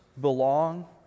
belong